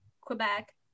quebec